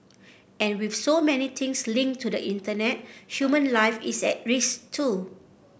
and with so many things linked to the Internet human life is at risk too